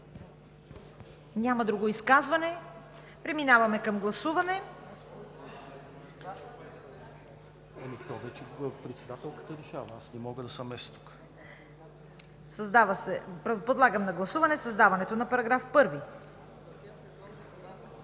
Няма друго изказване. Преминаваме към гласуване. Подлагам на гласуване създаването на § 1.